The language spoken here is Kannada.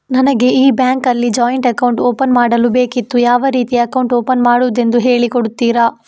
ನನಗೆ ಈ ಬ್ಯಾಂಕ್ ಅಲ್ಲಿ ಜಾಯಿಂಟ್ ಅಕೌಂಟ್ ಓಪನ್ ಮಾಡಲು ಬೇಕಿತ್ತು, ಯಾವ ರೀತಿ ಅಕೌಂಟ್ ಓಪನ್ ಮಾಡುದೆಂದು ಹೇಳಿ ಕೊಡುತ್ತೀರಾ?